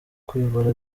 kuyobora